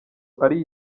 ari